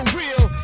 real